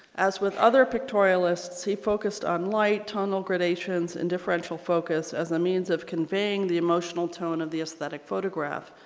as with other pictorialists, he focused on light, tonal gradations in differential focus as a means of conveying the emotional tone of the aesthetic photograph.